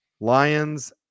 lions